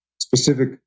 Specific